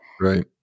right